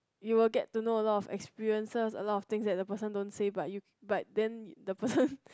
you will get to know a lot of experiences a lot of things that the person don't say but you but then the person